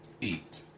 eat